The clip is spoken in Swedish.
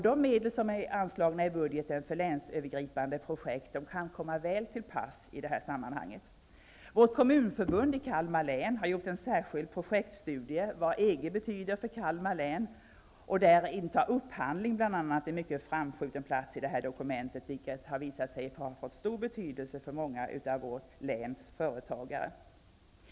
De medel som är anslagna i budgeten för länsövergripande projekt kan här komma väl till pass. Kommunförbundet i Kalmar län har gjort en särskild projektstudie av vad EG betyder för Kalmar län, och där intar bl.a. upphandling en framskjuten plats i dokumentet. Det har visat sig få stor betydelse för många av vårt läns företagare.